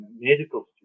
medical